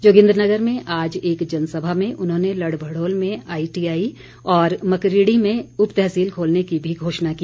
जोगिन्द्रनगर में आज एक जनसभा में उन्होंने लड़भड़ोल में आईटीआई और मकरीड़ी में उप तहसील खोलने की भी घोषणा की